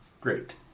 Great